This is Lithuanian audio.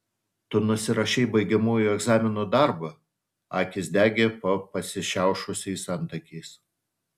tu nusirašei baigiamųjų egzaminų darbą akys degė po pasišiaušusiais antakiais